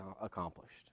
accomplished